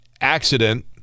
accident